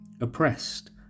oppressed